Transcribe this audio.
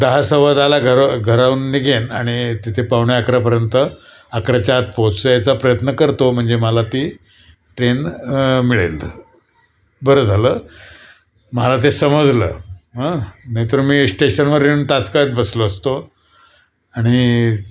दहा सव्वादहाला घर घराहून निघेन आणि तिथे पावणे अकरापर्यंत अकराच्या आत पोहोचायचा प्रयत्न करतो म्हणजे मला ती ट्रेन मिळेल बरं झालं मला ते समजलंं नाहीतर मी स्टेशनवर येऊन ताटकळत बसलो असतो आणि